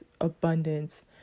abundance